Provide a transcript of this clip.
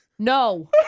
No